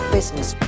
Business